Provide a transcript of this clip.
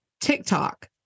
TikTok